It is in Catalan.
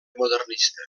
modernista